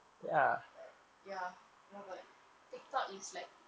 but ya you know but tiktok is like